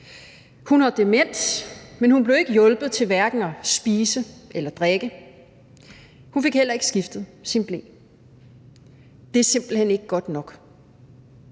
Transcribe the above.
Hun har demens, men hun blev ikke hjulpet til hverken at spise eller drikke, og hun fik heller ikke skiftet sin ble. Det er simpelt hen ikke godt nok,